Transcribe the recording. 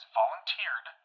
volunteered